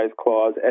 clause